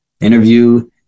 interview